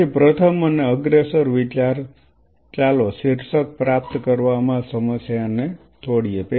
તેથી પ્રથમ અને અગ્રેસર વિચાર ચાલો શીર્ષક પ્રાપ્ત કરવામાં સમસ્યાને જાણીએ